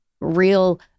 real